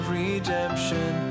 redemption